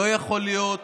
לא יכול להיות